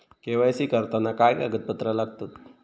KYC करताना काय कागदपत्रा लागतत?